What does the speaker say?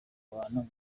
abantu